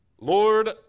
Lord